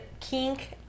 kink